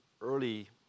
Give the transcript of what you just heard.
early